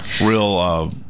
real